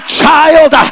child